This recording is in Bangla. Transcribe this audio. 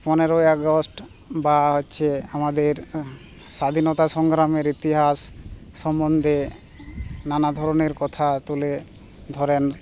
পনেরোই আগস্ট বা হচ্ছে আমাদের স্বাধীনতা সংগ্রামের ইতিহাস সম্মন্ধে নানা ধরনের কথা তুলে ধরেন